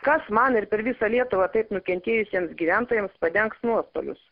kas man ir per visą lietuvą taip nukentėjusiems gyventojams padengs nuostolius